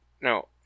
no